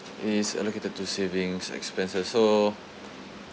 is allocated to savings expenses so